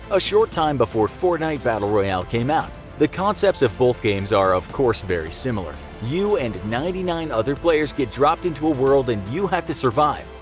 a short time before fortnite battle royal came out. the concepts of both games are of course very similar. you and ninety nine other players get dropped into a world and you have to survive.